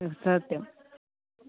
सत्यम्